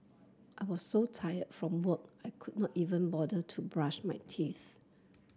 I was so tired from work I could not even bother to brush my teeth